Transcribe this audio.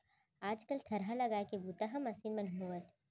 आज कल थरहा लगाए के बूता ह मसीन म होवथे